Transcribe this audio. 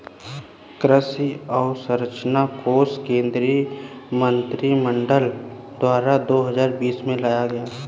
कृषि अंवसरचना कोश केंद्रीय मंत्रिमंडल द्वारा दो हजार बीस में लाया गया